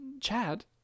Chad